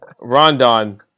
Rondon